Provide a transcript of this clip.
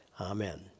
Amen